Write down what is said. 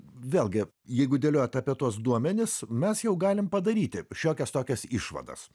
vėlgi jeigu dėliojat apie tuos duomenis mes jau galim padaryti šiokias tokias išvadas